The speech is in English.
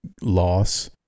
loss